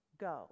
Go